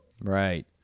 Right